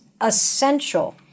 essential